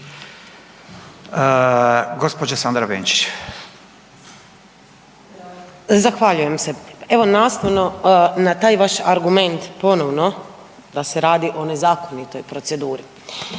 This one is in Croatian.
Gđa. Sandra Benčić.